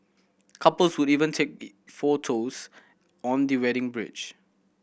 couples would even take the photos on the wedding bridge